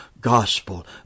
gospel